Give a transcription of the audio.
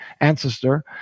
ancestor